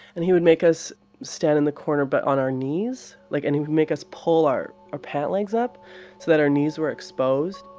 and he would make us stand in the corner but on our knees, like and he would make us pull our our legs up so that our knees were exposed.